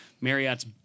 Marriott's